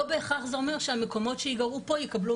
לא בהכרח זה אומר שהמקומות שייגרעו פה יקבלו